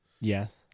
Yes